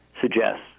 suggests